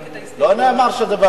לא נאמר שזה ב-01:00,